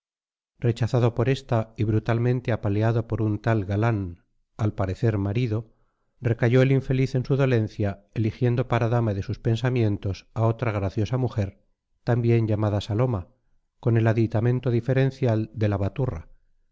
rechazado por esta y brutalmente apaleado por un tal galán al parecer marido recayó el infeliz en su dolencia eligiendo para dama de sus pensamientos a otra graciosa mujer también llamada saloma con el aditamento diferencial de la baturra